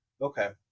okay